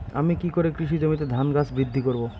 আমি কী করে কৃষি জমিতে ধান গাছ বৃদ্ধি করব?